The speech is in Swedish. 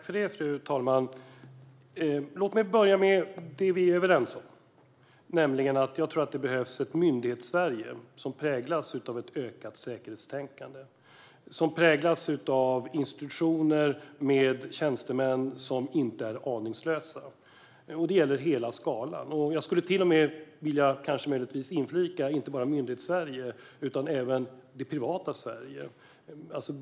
Fru talman! Låt mig börja med det vi är överens om. Jag tror att det behövs ett Myndighetssverige som präglas av ett ökat säkerhetstänkande och av institutioner med tjänstemän som inte är aningslösa. Det gäller hela skalan; jag skulle till och med möjligtvis vilja inflika att det inte bara gäller Myndighetssverige utan även det privata Sverige.